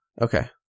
Okay